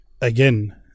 again